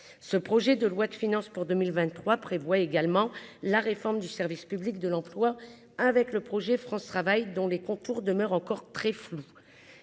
ce projet de loi de finances pour 2023 prévoit également la réforme du service public de l'emploi avec le projet France travail dont les contours demeurent encore très flou,